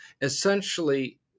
Essentially